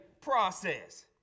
process